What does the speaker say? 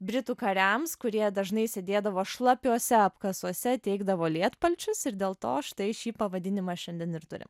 britų kariams kurie dažnai sėdėdavo šlapiuose apkasuose teikdavo lietpalčius ir dėl to štai šį pavadinimą šiandien ir turi